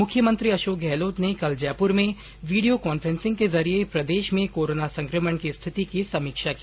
मुख्यमंत्री अशोक गहलोत ने कल जयपुर में वीडियो कांन्फ्रेंन्सिंग के जरिये प्रदेश में कोरोना संकमण की स्थिति की समीक्षा की